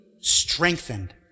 strengthened